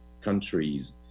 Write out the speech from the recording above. countries